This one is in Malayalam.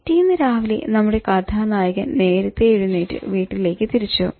പിറ്റേന്ന് രാവിലെ നമ്മുടെ കഥാനായകൻ നേരത്തെ എഴുന്നേറ്റ് വീട്ടിലേക്ക് തിരിച്ചു